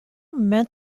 meant